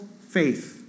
faith